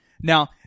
Now